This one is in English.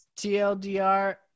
TLDR